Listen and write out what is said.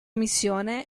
missione